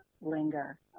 linger